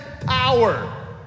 power